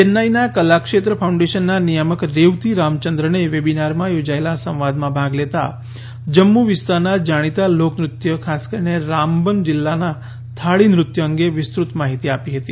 ચેન્નાઈના કલા ક્ષેત્ર ફાઉન્ડેશનના નિયામક રેવતી રામચંદ્રને વેબિનારમાં યોજાયેલા સંવાદમાં ભાગ લેતાં જમ્મુ વિસ્તારના જાણીતા લોકનૃત્ય ખાસ કરીને રામબન જિલ્લાના થાળી નૃત્ય અંગે વિસ્તૃત માહિતી આપી હતી